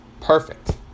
perfect